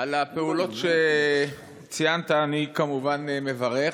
על הפעולות שציינת אני כמובן מברך.